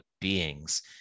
beings